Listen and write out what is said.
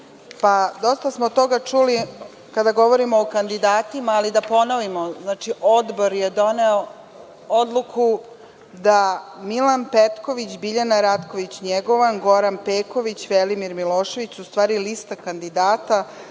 dosta smo toga čuli kada govorimo o kandidatima, ali da ponovimo, znači, odbor je doneo odluku da Milan Petković, Biljana Ratković Njegovan, Goran Peković, Velimir Milošević su u stvari lista kandidata